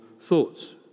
thoughts